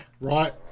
right